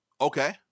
Okay